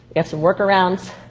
we have some workarounds.